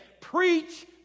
Preach